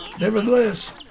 Nevertheless